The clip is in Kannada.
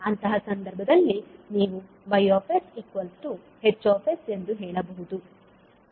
ಅಂತಹ ಸಂದರ್ಭದಲ್ಲಿ ನೀವು YsH ಎಂದು ಹೇಳಬಹುದು